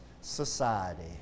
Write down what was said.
society